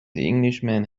englishman